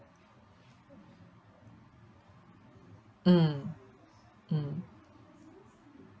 mm mm